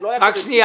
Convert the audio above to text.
בסוף הבנתי.